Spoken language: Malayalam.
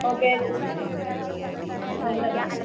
ഓക്കേ ശരി അല്ല മ്മ്